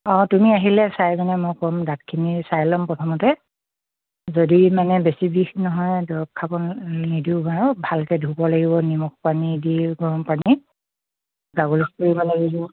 অঁ তুমি আহিলে চাই পিনে মই ক'ম দাঁতখিনি চাই ল'ম প্ৰথমতে যদি মানে বেছি বিষ নহয় দৰৱ খাব নিদিওঁ বাৰু ভালকৈ ধুব লাগিব নিমখ পানী দি গৰম পানী গাৰ্গল কৰিব লাগিব